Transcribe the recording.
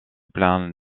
plein